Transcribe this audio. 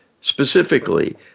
specifically